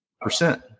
percent